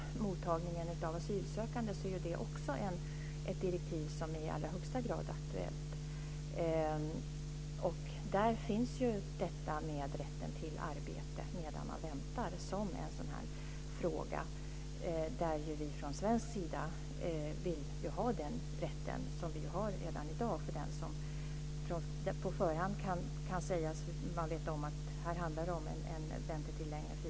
Mottagningen av asylsökande är också ett direktiv som i allra högsta grad är aktuellt. Där finns detta med rätten till arbete medan man väntar med, och vi från svensk sida vill ha kvar den rätten som finns redan i dag för den som kan förutse en väntetid längre än fyra månader.